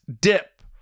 dip